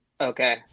okay